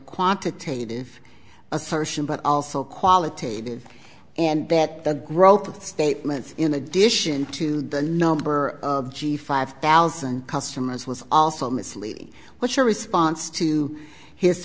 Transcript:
quantitative assertion but also qualitative and that the growth of the statement in addition to the number of g five thousand customers was also misleading what's your response to his